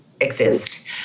Exist